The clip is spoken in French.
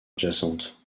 adjacentes